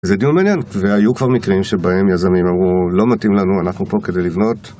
זה דיומניון, והיו כבר מקרים שבהם יזמים אמרו, לא מתאים לנו, אנחנו פה כדי לבנות.